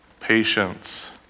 Patience